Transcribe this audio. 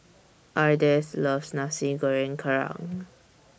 Ardeth loves Nasi Goreng Kerang